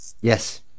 yes